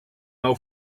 nou